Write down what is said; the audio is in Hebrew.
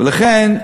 ולכן,